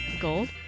Gold